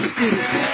Spirit